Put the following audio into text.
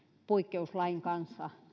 poikkeuslain kanssa